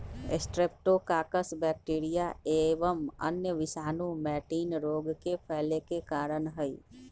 streptococcus bacteria एवं अन्य विषाणु मैटिन रोग के फैले के कारण हई